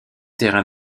terrains